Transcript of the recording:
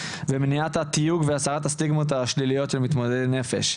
ומניעת התיוג והסרת הסטיגמות השליליות למתמודדי נפש.